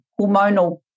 hormonal